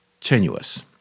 tenuous